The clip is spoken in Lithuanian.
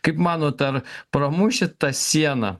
kaip manote ar pramušt tą sieną